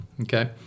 okay